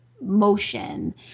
motion